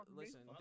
listen